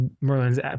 Merlin's